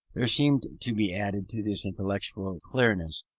there seemed to be added to this intellectual clearness,